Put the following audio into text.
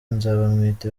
nzabamwita